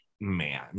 man